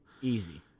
Easy